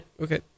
okay